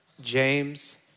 James